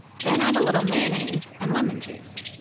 then add a little mayonnaise and lemon juice.